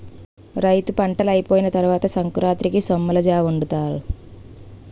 రైతులు పంటలైపోయిన తరవాత సంకురాతిరికి సొమ్మలజావొండుతారు